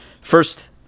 first